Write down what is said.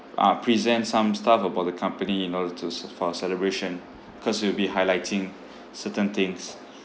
uh present some stuff about the company and all to s~ for our celebration cause we'll be highlighting certain things